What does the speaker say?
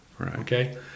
Okay